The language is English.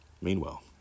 Meanwhile